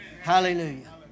Hallelujah